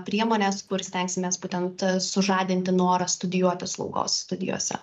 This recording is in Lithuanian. priemones kur stengsimės būtent sužadinti norą studijuoti slaugos studijose